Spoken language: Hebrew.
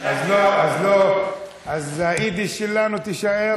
אז היידיש שלנו תישאר,